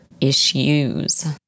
issues